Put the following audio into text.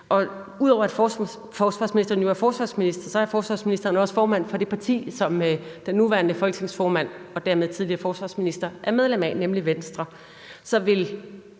Ud over at forsvarsministeren jo er forsvarsminister, er forsvarsministeren også formand for det parti, som den nuværende folketingsformand og tidligere forsvarsminister er medlem af, nemlig Venstre.